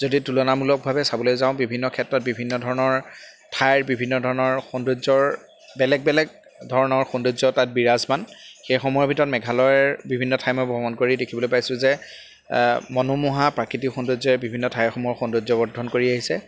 যদি তুলনামূলকভাৱে চাবলৈ যাওঁ বিভিন্ন ক্ষেত্ৰত বিভিন্ন ধৰণৰ ঠাইৰ বিভিন্ন ধৰণৰ সৌন্দৰ্যৰ বেলেগ বেলেগ ধৰণৰ সৌন্দৰ্য তাত বিৰাজমান সেইসমূহৰ ভিতৰত মেঘালয়ৰ বিভিন্ন ঠাই মই ভ্ৰমণ কৰি দেখিবলৈ পাইছোঁ যে মনোমোহা প্ৰাকৃতিক সৌন্দৰ্যই বিভিন্ন ঠাইসমূহৰ সৌন্দৰ্য বৰ্দ্ধন কৰি আহিছে